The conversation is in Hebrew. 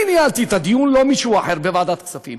אני ניהלתי את הדיון בוועדת הכספים,